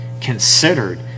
considered